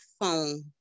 phone